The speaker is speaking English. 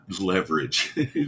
leverage